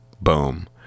boom